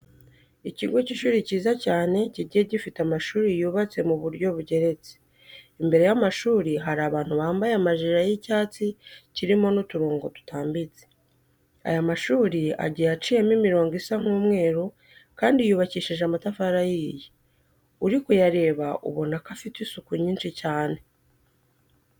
Ikigo cy'ishuri cyiza cyane kigiye gifite amashuri yubatse mu buryo bugeretse. Imbere y'amashuri hari abantu bambaye amajire y'icyatsi kirimo n'uturongo dutambitse. Aya mashuri agiye aciyemo imirongo isa nk'umweru kandi yubakishije amatafari ahiye. Uri kuyareba ubona ko afite isuku nyinshi cyane.